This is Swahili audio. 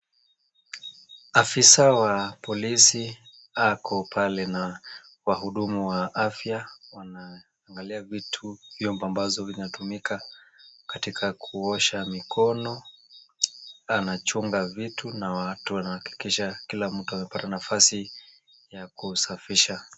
Afisa wa polisi ako pale na wahudumu wa afya wanaangalia vyombo ambazo vinatumika katika kuosha mikono. Anachunga vitu na watu, anahakikisha kila mtu amepata nafasi ya kusafisha.